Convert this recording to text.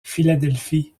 philadelphie